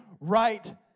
Right